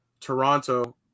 Toronto